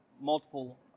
multiple